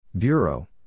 Bureau